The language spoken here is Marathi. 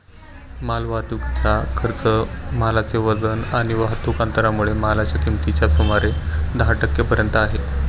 माल वाहतुकीचा खर्च मालाचे वजन आणि वाहतुक अंतरामुळे मालाच्या किमतीच्या सुमारे दहा टक्के पर्यंत आहे